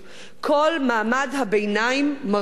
כל מעמד הביניים מרגיש את זה.